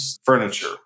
furniture